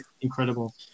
incredible